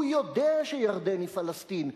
הוא יודע שירדן היא פלסטין.